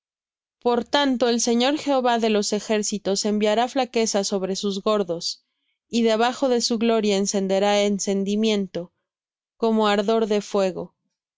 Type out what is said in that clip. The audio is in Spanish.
por tanto el señor jehová de los ejércitos enviará flaqueza sobre sus gordos y debajo de su gloria encenderá encendimiento como ardor de fuego